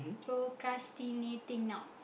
procrastinating now